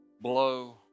blow